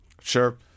Sure